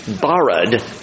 borrowed